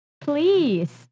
please